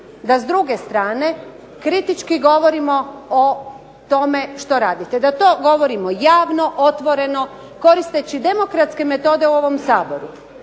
da s druge strane kritički govorimo o tome što radite. Da to govorimo javno, otvoreno, koristeći demokratske metode u ovom Saboru.